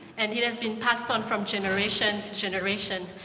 and it has been passed on from generation to generation.